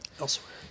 Elsewhere